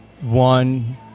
one